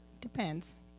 depends